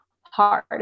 hard